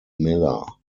miller